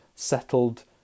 settled